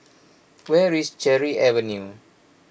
where is Cherry Avenue